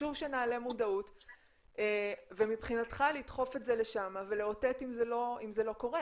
חשוב שנעלה מודעות ומבחינתך לדחוף את זה לשם ולאותת אם זה לא קורה.